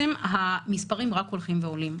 המספרים רק הולכים ועולים.